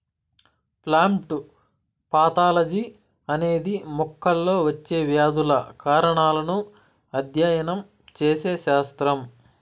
plant pathology అనేది మొక్కల్లో వచ్చే వ్యాధుల కారణాలను అధ్యయనం చేసే శాస్త్రం